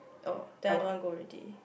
oh then I don't want go already